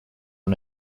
una